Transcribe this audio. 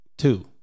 Two